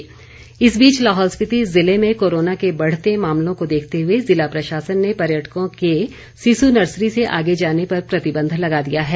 प्रतिबंध इस बीच लाहौल स्पिति जिले में कोरोना के बढ़ते मामलों को देखते हुए जिला प्रशासन ने पर्यटकों के सिसु नर्सरी से आगे जाने पर प्रतिबंध लगा दिया है